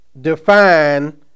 define